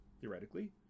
theoretically